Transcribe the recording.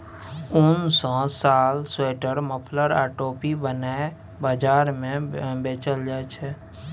उन सँ साल, स्वेटर, मफलर आ टोपी बनाए बजार मे बेचल जाइ छै